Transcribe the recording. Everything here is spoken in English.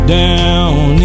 down